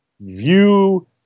view